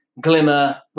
Glimmer